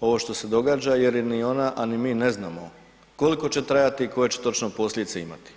ovo što se događa jer ni ona, a ni mi ne znamo koliko će trajati i koje će točno posljedice imati.